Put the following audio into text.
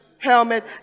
helmet